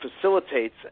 facilitates